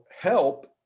help